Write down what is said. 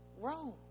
Rome